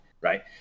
Right